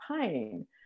pain